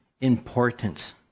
importance